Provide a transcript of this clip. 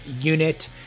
unit